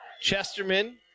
Chesterman